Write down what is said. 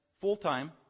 full-time